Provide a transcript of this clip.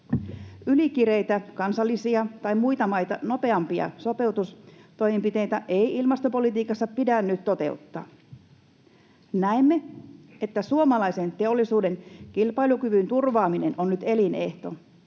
Ylikireitä kansallisia tai muita maita nopeampia sopeutustoimenpiteitä ei ilmastopolitiikassa pidä nyt toteuttaa. Näemme, että suomalaisen teollisuuden kilpailukyvyn turvaaminen on nyt elinehto.